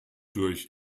durch